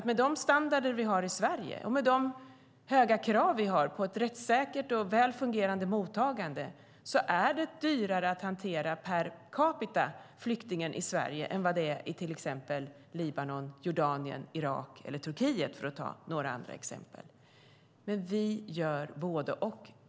Med den standard vi har i Sverige och med våra höga krav på ett rättssäkert och väl fungerande mottagande är det självfallet dyrare per capita att hantera flyktingar i Sverige än i till exempel Libanon, Jordanien, Irak eller Turkiet, för att ta några andra exempel. Vi gör både och.